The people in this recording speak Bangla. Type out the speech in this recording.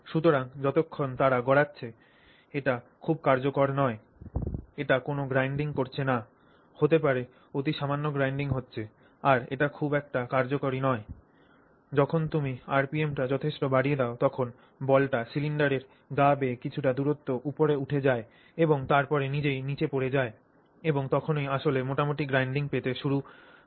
সুতরাং যতক্ষণ তারা গড়াচ্ছে এটি খুব কার্যকর নয় এটি কোনও গ্রাইন্ডিং করছে না হতে পারে অতি সামান্য গ্রাইন্ডিং হচ্ছে আর এটা খুব একটা কার্যকরী নয় যখন তুমি আরপিএমটি যথেষ্ট বাড়িয়ে দাও তখন বলটি সিলিন্ডারের গা বেয়ে কিছুটা দূরত্ব উপরে উঠে যায় এবং তারপরে নিজেই নীচে পড়ে যায় এবং তখনই আসলে মোটামুটি গ্রাইন্ডিং পেতে শুরু কর